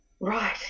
right